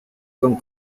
con